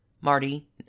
Marty